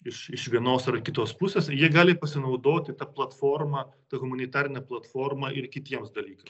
iš iš vienos ar kitos pusės jie gali pasinaudoti ta platforma ta humanitarine platforma ir kitiems dalykams